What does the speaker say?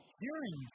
hearing